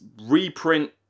reprint